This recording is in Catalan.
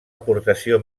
aportació